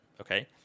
Okay